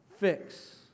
fix